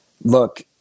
look